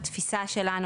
בתפיסה שלנו,